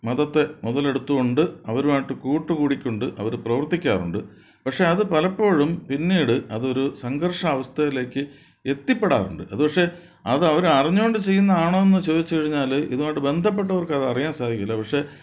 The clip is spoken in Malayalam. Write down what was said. മതത്തെ മുതലെടുത്തുകൊണ്ട് അവരുമായിട്ട് കൂട്ടുകൂടിക്കൊണ്ട് അവര് പ്രവർത്തിക്കാറുണ്ട് പക്ഷേ അത് പലപ്പോഴും പിന്നീട് അതൊരു സംഘർഷാവസ്ഥയിലേക്ക് എത്തിപ്പെടാറുണ്ട് അതുപക്ഷേ അതവരറിഞ്ഞു കൊണ്ട് ചെയ്യുന്നതാണോ എന്ന് ചോദിച്ചു കഴിഞ്ഞാല് ഇതുമായിട്ടു ബന്ധപ്പെട്ടവര്ക്കതറിയാന് സാധിക്കില്ല പക്ഷെ